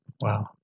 Wow